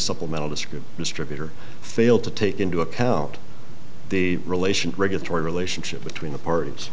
supplemental this group distributor failed to take into account the relation regulatory relationship between the part